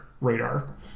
radar